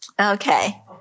Okay